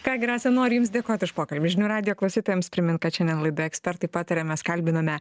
ką gi rasa noriu jums dėkot už pokalbį žinių radijo klausytojams primint kad šiandien laidoje ekspertai pataria mes kalbiname